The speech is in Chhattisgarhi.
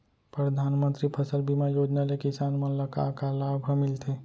परधानमंतरी फसल बीमा योजना ले किसान मन ला का का लाभ ह मिलथे?